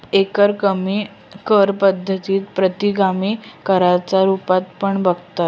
एकरकमी कर पद्धतीक प्रतिगामी कराच्या रुपात पण बघतत